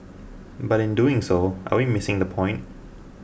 but in doing so are we missing the point